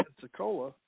Pensacola